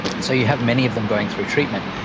and so you have many of them going through treatment.